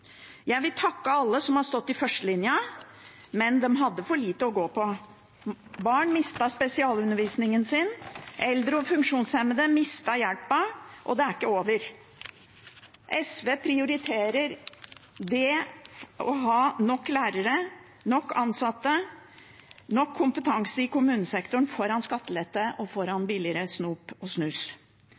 Jeg vil takke alle som har stått i førstelinja, men de hadde for lite å gå på. Barn mistet spesialundervisningen sin, eldre og funksjonshemmede mistet hjelpa, og det er ikke over. SV prioriterer det å ha nok lærere, nok ansatte og nok kompetanse i kommunesektoren foran skattelette og foran billigere snop og snus.